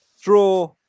draw